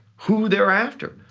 who they're after,